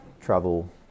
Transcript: travel